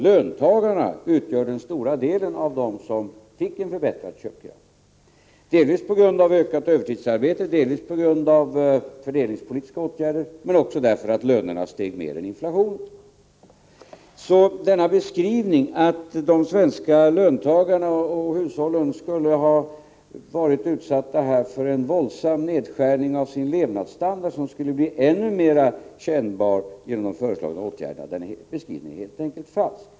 Löntagarna utgjorde den stora grupp som fick en förbättrad köpkraft, delvis på grund av ökat övertidsarbete, delvis på grund av fördelningspolitiska åtgärder men delvis också därför att lönerna steg mer än inflationen. Påståendet att de svenska löntagarna och hushållen skulle ha varit utsatta för en våldsam nedskärning av sin levnadsstandard och att denna nedskärning skulle bli ännu mer kännbar genom de vidtagna åtgärderna är helt falskt.